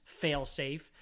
failsafe